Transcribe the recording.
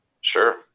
Sure